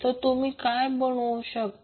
तर तुम्ही काय बनवू शकता